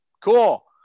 cool